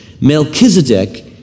Melchizedek